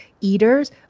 eaters